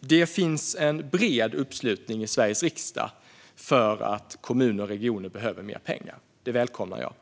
Det finns en bred uppslutning i Sveriges riksdag för att kommuner och regioner behöver mer pengar. Det välkomnar jag.